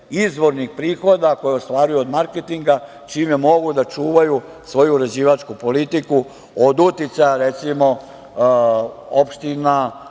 izvornih prihoda koje ostvaruju od marketinga, čime mogu da čuvaju svoju uređivačku politiku od uticaja. Recimo opština